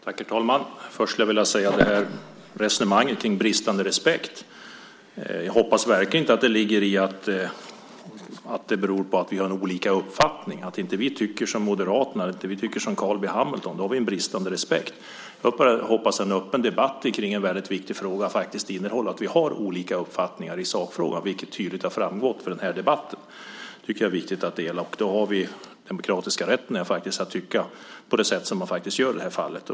Herr talman! Först skulle jag vilja ta upp resonemanget kring bristande respekt. Jag hoppas verkligen att det inte bottnar i att vi har olika uppfattning - om vi inte tycker som Moderaterna eller som Carl B Hamilton har vi bristande respekt. Jag hoppas att en öppen debatt kring en väldigt viktig fråga faktiskt får innehålla att vi har olika uppfattning i sakfrågan. Att vi har det har ju tydligt framgått av den här debatten. Vi har demokratisk rätt att tycka som vi faktiskt gör i det här fallet.